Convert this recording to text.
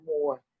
more